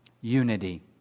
Unity